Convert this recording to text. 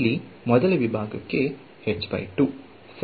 ಇಲ್ಲಿ ಮೊದಲ ವಿಭಾಗಕ್ಕೆ